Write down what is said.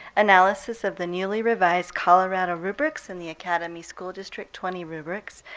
analysis of the newly revised colorado rubrics and the academy school district twenty rubrics,